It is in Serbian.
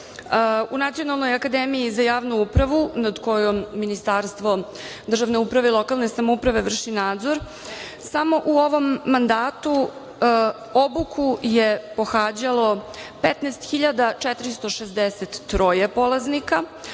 Nacionalnoj akademiji za javnu upravu, pod kojom Ministarstvo državne uprave i lokalne samouprave vrši nadzor, samo u ovom mandatu obuku je pohađalo 15.463 polaznika,